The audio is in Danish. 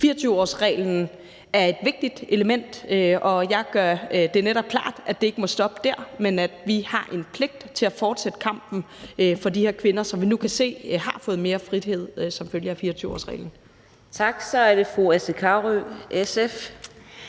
24-årsreglen er et vigtigt element, og jeg gør det netop klart, at det ikke må stoppe der, men at vi har en pligt til at fortsætte kampen for de her kvinder, som vi nu kan se har fået mere frihed som følge af 24-årsreglen.